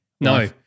No